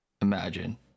imagine